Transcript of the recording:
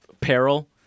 peril